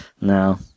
No